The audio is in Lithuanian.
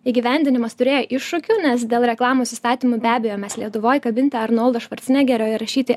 įgyvendinimas turėjo iššūkių nes dėl reklamos įstatymų be abejo mes lietuvoj kabinti arnoldo švarcnegerio ir rašyti